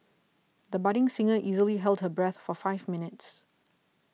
the budding singer easily held her breath for five minutes